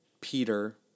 Peter